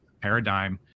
paradigm